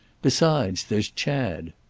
besides, there's chad.